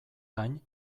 gain